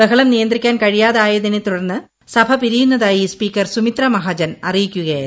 ബഹളം നിയന്ത്രിക്കാൻ കഴിയാതെയായതിനെ തുടർന്ന് സഭ പിരിയുന്നതായി സ്പീക്കർ സുമിത്ര മഹാജൻ അറിയിക്കുകയായിരുന്നു